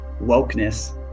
wokeness